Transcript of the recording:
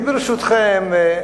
ברשותכם,